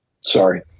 sorry